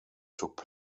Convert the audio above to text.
took